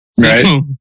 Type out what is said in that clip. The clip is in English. Right